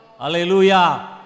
Hallelujah